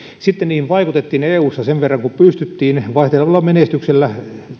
sitten niihin vaikutettiin eussa sen verran kuin pystyttiin vaihtelevalla menestyksellä